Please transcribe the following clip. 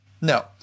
No